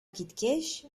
киткәч